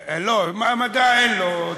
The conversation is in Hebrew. לא, המדע אין לו.